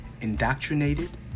indoctrinated